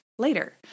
later